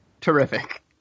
Terrific